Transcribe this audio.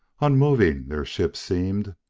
unmoving, their ship seemed,